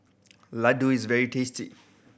ladoo is very tasty